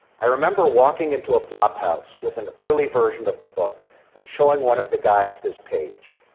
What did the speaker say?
i remember walking into a flophouse with an early version of the book and showing one of the guys his page.